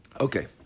Okay